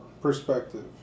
perspective